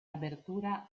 abertura